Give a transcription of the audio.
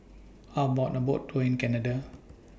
How about A Boat Tour in Canada